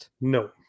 No